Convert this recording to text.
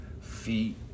feet